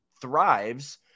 thrives